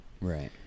Right